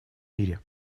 мире